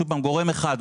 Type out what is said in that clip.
גורם אחד,